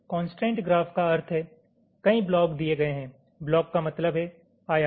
constraint graph का अर्थ है कई ब्लॉक दिए गए है ब्लॉक का मतलब है आयात